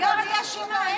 איתן סגר את הרשימה.